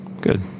Good